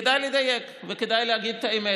כדאי לדייק וכדאי להגיד את האמת.